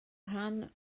rhan